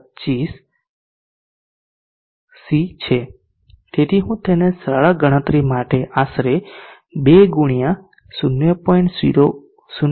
2500 C છે તેથી હું તેને સરળ ગણતરી માટે આશરે 2 x 0